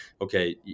okay